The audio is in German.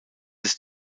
ist